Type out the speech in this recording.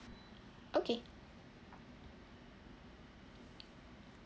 okay